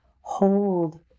hold